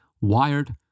Wired